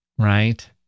Right